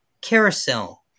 carousel